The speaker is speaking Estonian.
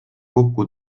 kokku